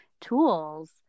tools